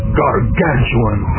gargantuan